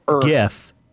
GIF